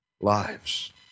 lives